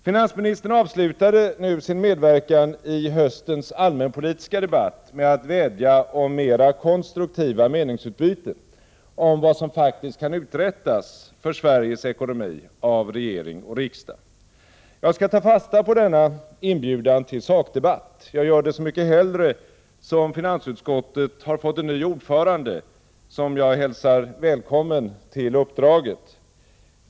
Finansministern avslutade sin medverkan i höstens allmänpolitiska debatt med att vädja om mera konstruktiva meningsutbyten om vad som faktiskt kan uträttas för Sveriges ekonomi av regering och riksdag. Jag skall ta fasta på denna inbjudan till sakdebatt. Det gör jag så mycket hellre som finansutskottet har fått en ny ordförande, som jag hälsar välkommen till uppdraget.